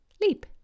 Leap